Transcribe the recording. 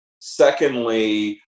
Secondly